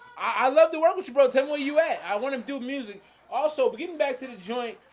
i love the workmanship wrote several you add i want to do music also but getting back to the joint.